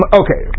okay